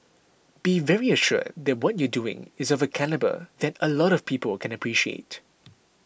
be very assured that what you're doing is of a calibre that a lot of people can appreciate